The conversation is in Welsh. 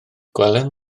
gwelwn